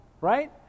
right